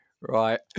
Right